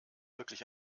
wirklich